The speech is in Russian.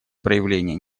проявления